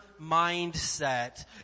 mindset